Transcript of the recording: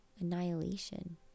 annihilation